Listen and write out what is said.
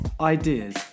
ideas